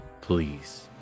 Please